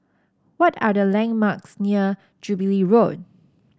what are the landmarks near Jubilee Road